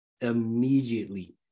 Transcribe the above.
Immediately